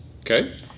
Okay